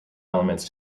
elements